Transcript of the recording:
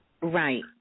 Right